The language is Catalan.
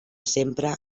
sempre